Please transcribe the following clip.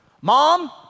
Mom